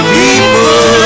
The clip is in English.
people